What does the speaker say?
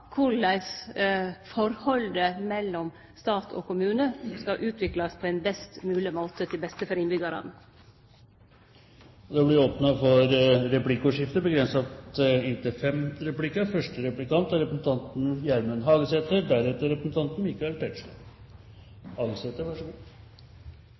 korleis forholdet mellom stat og kommune skal utviklast på ein best mogleg måte, til beste for innbyggjarane. Det blir åpnet for replikkordskifte. No blir det sagt frå kommunalministeren at det er